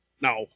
No